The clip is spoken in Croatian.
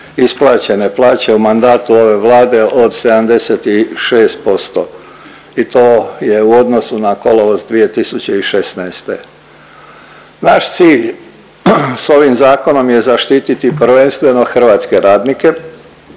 isplaćene plaće u mandatu ove Vlade od 78% i to je u odnosu na kolovoz 2016. Naš cilj s ovim zakonom je zaštititi prvenstveno Hrvatske radnike